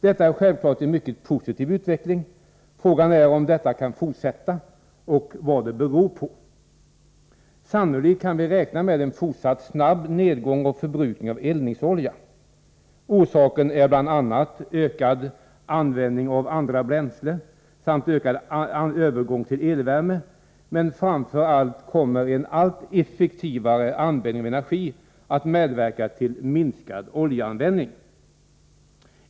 Detta är självklart en mycket positiv utveckling. Frågan är om detta kan fortsätta och vad det beror på. Sannolikt kan vi räkna med en fortsatt snabb nedgång av förbrukningen av eldningsolja. Orsaken är bl.a. ökad användning av andra bränslen samt ökad övergång till elvärme, men framför allt kommer en allt effektivare användning av energi att medverka till minskad oljeanvändning.